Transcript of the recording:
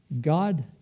God